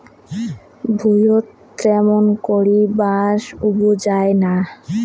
ভুঁইয়ত ত্যামুন করি বাঁশ উবজায় না